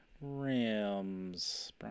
Rams